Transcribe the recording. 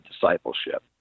discipleship